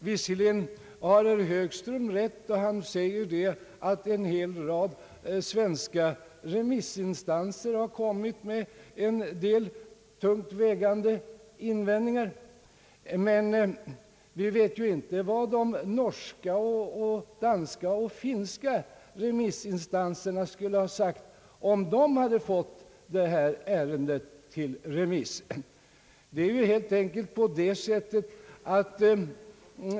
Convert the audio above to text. Visserligen har herr Högström rätt då han säger att en hel rad svenska remissinstanser kommit med tungt vägande invändningar, men vi vet ju inte vad de norska, danska och finska remissinstanserna skulle ha sagt, om de fått detta äreude på remiss.